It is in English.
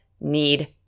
need